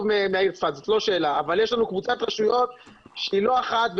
מהעיר צפת אבל יש לנו קבוצת רשויות שהיא לא אחת,